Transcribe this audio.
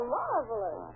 marvelous